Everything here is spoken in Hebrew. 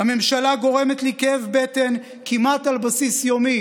"הממשלה גורמת לי כאב בטן כמעט על בסיס יומי",